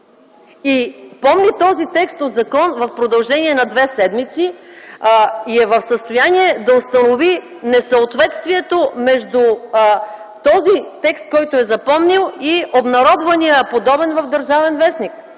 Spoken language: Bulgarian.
помни този текст от закон в продължение на две седмици и е в състояние да установи несъответствието между този текст, който е запомнил, и обнародвания подобен в „Държавен вестник”.